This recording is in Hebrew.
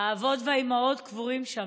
האבות והאימהות קבורים שם.